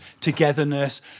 togetherness